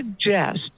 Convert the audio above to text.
suggest